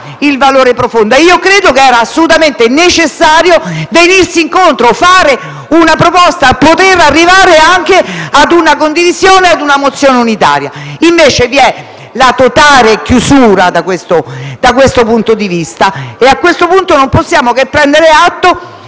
il valore profondo e credo che fosse assolutamente necessario venirsi incontro, fare una proposta, poter arrivare anche ad una condivisione e ad una mozione unitaria, invece vi è la totale chiusura da questo punto di vista. A questo punto non possiamo che prendere atto